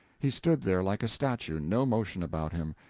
he stood there like a statue no motion about him,